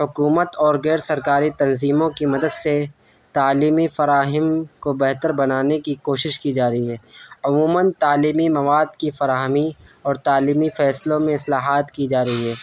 حکومت اور غیر سرکاری تنظیموں کی مدد سے تعلیمی فراہم کو بہتر بنانے کی کوشش کی جا رہی ہے عموماً تعلیمی مواد کی فراہمی اور تعلیمی فیصلوں میں اصلاحات کی جا رہی ہے